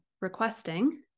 requesting